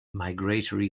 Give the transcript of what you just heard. migratory